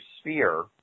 sphere